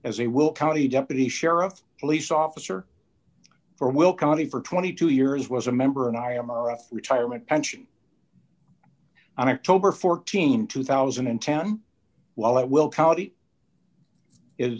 a will county deputy sheriff police officer for will county for twenty two years was a member and i am a retirement pension on october th two thousand and ten while i will